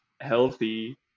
healthy